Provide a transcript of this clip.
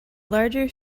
larger